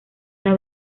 una